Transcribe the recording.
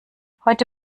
heute